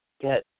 get